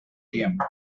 tiempo